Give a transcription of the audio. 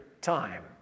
time